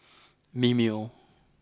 Mimeo